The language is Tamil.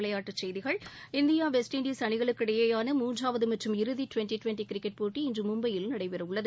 விளையாட்டுக் செய்திகள் இந்தியா வெஸ்ட் இண்டஸ் அணிகளுக்கிடையிலான மூன்றாவது மற்றும் இறுதி டுவெண்ட்டி டுவெண்ட்டி கிரிக்கெட் போட்டி இன்று மும்பையில் நடைபெற உள்ளது